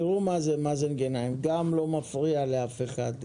חבר הכנסת מאזן גנאים גם לא מפריע לאף אחד,